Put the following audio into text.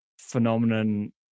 phenomenon